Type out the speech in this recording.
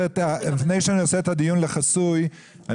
לפני שאני עושה את הדיון לחסוי אני